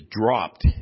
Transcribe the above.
dropped